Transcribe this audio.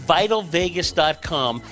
VitalVegas.com